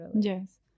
Yes